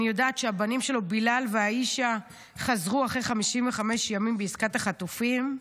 אני יודעת שהבנים שלו בילאל ועאישה חזרו אחרי 55 ימים בעסקת החטופים.